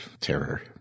terror